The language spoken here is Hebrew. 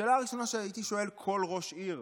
השאלה הראשונה שהייתי שואל כל ראש עיר,